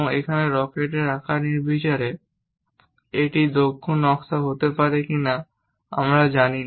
এখানে রকেটের আকার নির্বিচারে এটি দক্ষ নকশা হতে পারে কি না আমরা জানি না